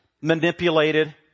manipulated